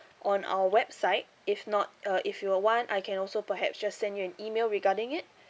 on our website if not uh if you would want I can also perhaps just send you an email regarding it